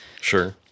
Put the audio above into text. Sure